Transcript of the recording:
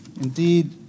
Indeed